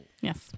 yes